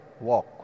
walk